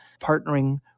partnering